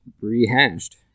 rehashed